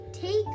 take